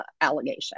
allegation